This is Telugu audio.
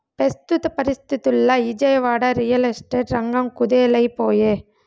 పెస్తుత పరిస్తితుల్ల ఇజయవాడ, రియల్ ఎస్టేట్ రంగం కుదేలై పాయె